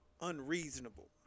unreasonable